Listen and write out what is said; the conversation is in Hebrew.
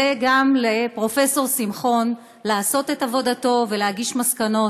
ולאפשר גם לפרופ' שמחון לעשות את עבודתו ולהגיש מסקנות.